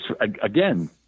again